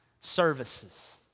services